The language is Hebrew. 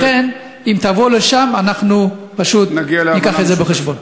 לכן, אם תבוא לשם, אנחנו פשוט, נגיע להבנה משותפת.